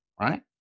Right